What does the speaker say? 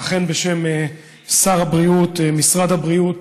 אכן, בשם שר הבריאות: משרד הבריאות